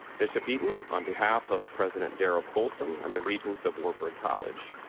bishop eaton, on behalf of president darrel colson and the regents of wartburg college,